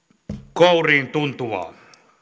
kouriintuntuvaa